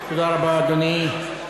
תודה רבה, אדוני.